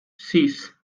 sis